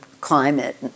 climate